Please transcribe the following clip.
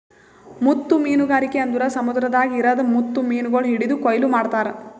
ಮುತ್ತು ಮೀನಗಾರಿಕೆ ಅಂದುರ್ ಸಮುದ್ರದಾಗ್ ಇರದ್ ಮುತ್ತು ಮೀನಗೊಳ್ ಹಿಡಿದು ಕೊಯ್ಲು ಮಾಡ್ತಾರ್